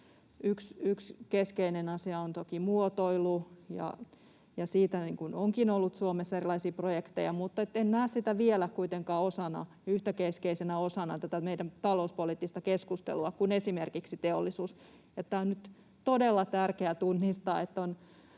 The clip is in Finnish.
Yksi keskeinen asia on toki muotoilu, ja siitä onkin ollut Suomessa erilaisia projekteja, mutta en näe sitä vielä kuitenkaan yhtä keskeisenä osana tätä meidän talouspoliittista keskustelua kuin esimerkiksi teollisuus on. Tämä on nyt todella tärkeä tunnistaa,